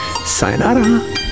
sayonara